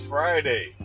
Friday